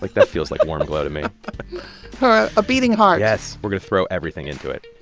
like that feels like warm glow to me a beating heart yes. we're going to throw everything into it.